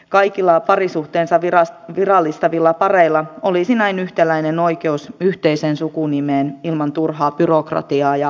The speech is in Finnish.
kaikilla parisuhteensa virallistavilla pareilla olisi näin yhtäläinen oikeus yhteiseen sukunimeen ilman turhaa byrokratiaa ja rahanmenoa